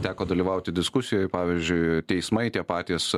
teko dalyvauti diskusijoj pavyzdžiui teismai tie patys